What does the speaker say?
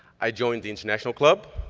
i joined the international club,